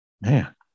man